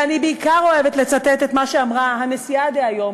ואני בעיקר אוהבת לצטט את מה שאמרה הנשיאה דהיום,